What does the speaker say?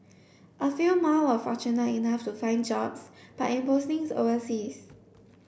a few more were fortunate enough to find jobs but in postings overseas